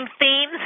themes